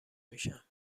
میشم